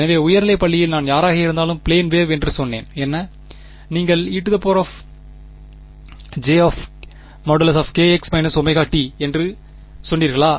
எனவே உயர்நிலைப் பள்ளியில் நான் யாராக இருந்தாலும் பிளேன் வேவ் என்று சொன்னேன் என்ன நீங்கள் ejkx−ωt என்று சொன்னீர்களா